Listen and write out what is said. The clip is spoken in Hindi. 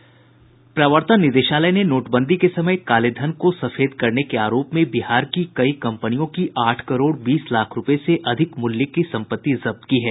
प्रवर्तन निदेशालय ने नोटबंदी के समय कालेधन को सफेद करने के आरोप में बिहार की कई कपनियों की आठ करोड़ बीस लाख रुपये से अधिक मूल्य की संपत्ति जब्त की है